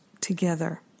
together